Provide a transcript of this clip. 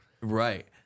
Right